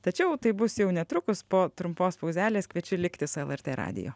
tačiau tai bus jau netrukus po trumpos pauzelės kviečiu likti su lrt radiju